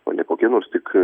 o ne kokie nors tik